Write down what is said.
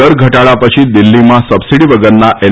દર ઘટાડા પછી દિલ્હીમાં સબસીડી વગરના એલ